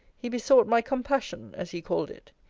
he besought my compassion, as he called it.